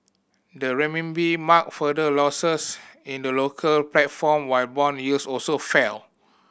the Renminbi marked further losses in the local platform while bond yields also fell